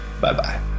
Bye-bye